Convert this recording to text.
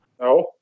No